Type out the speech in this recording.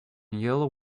yellow